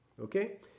Okay